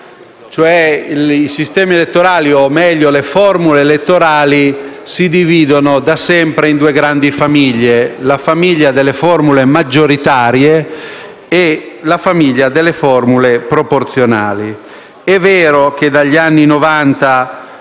misto. I sistemi elettorali, o meglio, le formule elettorali si dividono da sempre in due grandi famiglie: la famiglia delle formule maggioritarie e quella delle formule proporzionali. È vero che dagli anni